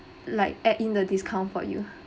like add in the discount for you